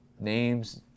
names